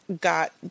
got